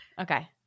Okay